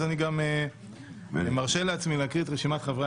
אז אני גם מרשה לעצמי להקריא את רשימת חברי